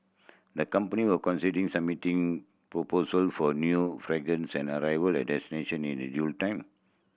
the company will conceding submitting proposal for new fragrance and arrival at in due time